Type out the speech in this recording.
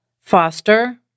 foster